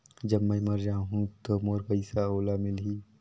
जब मै मर जाहूं तो मोर पइसा ओला मिली?